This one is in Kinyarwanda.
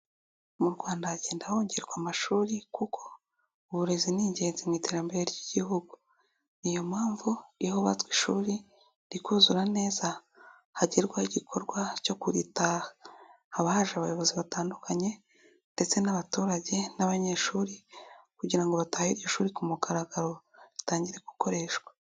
Mu rwanda hagenda hongerwa amashuri kuko uburezi ni ingenzi mu iterambere ry'igihugu, niyo mpamvu ihubatswe ishuri rikuzura neza, hagerwaho igikorwa cyo kuritaha haba haje abayobozi batandukanye, ndetse n'abaturage n'abanyeshuri, kugira ngo batahe iryo ishuri ku mugaragaro ritangire gukoreshwa.